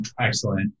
Excellent